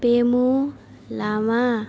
Pemu Lama